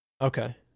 Okay